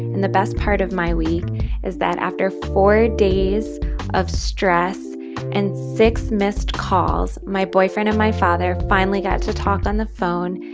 and the best part of my week is that after four days of stress and six missed calls, my boyfriend and my father finally got to talk on the phone.